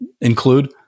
include